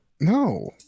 No